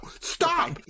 stop